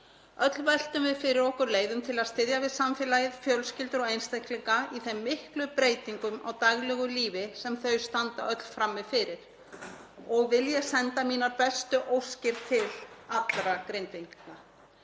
Öll veltum við fyrir okkur leiðum til að styðja við samfélagið, fjölskyldur og einstaklinga í þeim miklu breytingum á daglegu lífi sem þau standa öll frammi fyrir og vil ég senda mínar bestu óskir til allra Grindvíkinga.